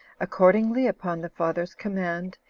accordingly, upon the father's command,